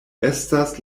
estas